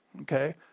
Okay